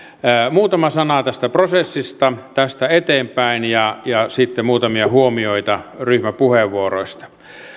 muutama sana tästä prosessista tästä eteenpäin ja ja sitten muutamia huomioita ryhmäpuheenvuoroista